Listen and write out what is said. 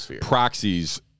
proxies